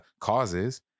causes